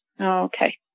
Okay